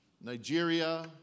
Nigeria